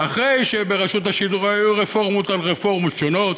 אחרי שברשות השידור היו רפורמות על רפורמות שונות.